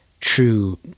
true